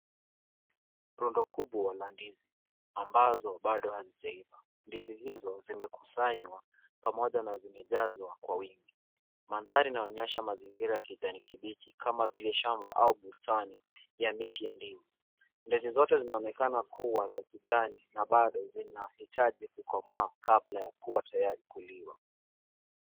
Rundo kubwa la ndizi ambazo bado hazijaiva. Ndizi hizo zimekusanywa pamoja na zimejazwa kwa wingi. Mandhari inaonyesha mazingira ya kijani kibichi kama vile shamba au bustani ya miti ya ndizi. Ndizi zote zinaonekana kuwa za kijani na bado zinahitaji kukomaa kabla ya kuwa tayari kuliwa.